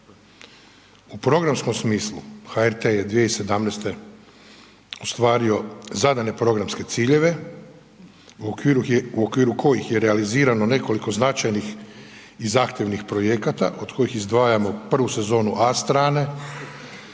U programskom smislu HRT je 2017. ostvario zadane programske ciljeve u okviru kojih je realizirano nekoliko značajnih i zahtjevnih projekata, od kojih izdvajamo prvu sezonu A Strane,